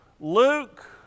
Luke